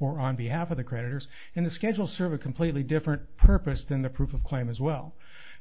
or on behalf of the creditors and the schedule serve a completely different purpose than the proof of claim as well